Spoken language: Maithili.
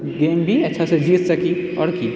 गेम भी अच्छाँ जीत सकी आओर की